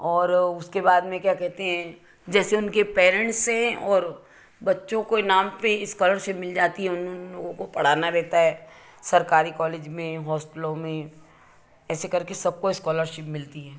और उसके बाद में क्या कहते हैं जैसे उनके पेरेंट्स से और बच्चों को इनाम पे स्कॉलरशिप मिल जाती उन लोगों को पढ़ाना रहता है सरकारी कॉलेज में हॉस्टलों में ऐसे करके सबको स्कॉलरशिप मिलती है